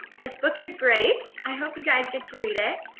this book is great. i hope you guys get to read it.